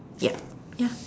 ya ya